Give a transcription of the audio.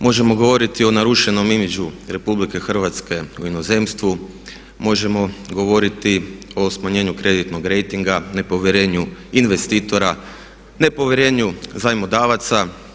Možemo govoriti o narušenom imidžu RH u inozemstvu, možemo govoriti o smanjenju kreditnog rejtinga, nepovjerenju investitora, nepovjerenju zajmodavaca.